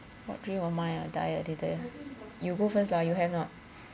what dream of mine ah die a little you go first lah you have not